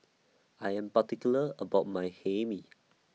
I Am particular about My Hae Mee